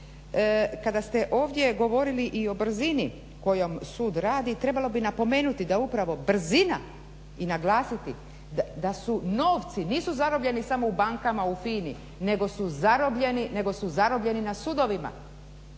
Kada ste ovdje govorili i o brzini kojom sud radi trebalo bi napomenuti da upravo brzina i naglasiti da su novci nisu zarobljeni samo u bankama u FINA-i nego su zarobljeni u sudovima,